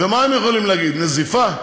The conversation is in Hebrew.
ומה הם יכולים להגיד: נזיפה?